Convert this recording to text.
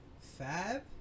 Fab